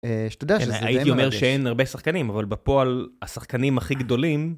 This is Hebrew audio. אלא הייתי אומר שאין הרבה שחקנים, אבל בפועל השחקנים הכי גדולים...